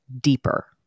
deeper